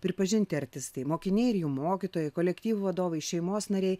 pripažinti artistai mokiniai ir jų mokytojai kolektyvų vadovai šeimos nariai